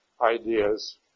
ideas